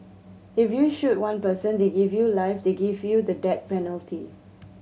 if you shoot one person they give you life they give you the death penalty